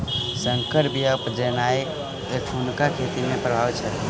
सँकर बीया उपजेनाइ एखुनका खेती मे प्रभावी छै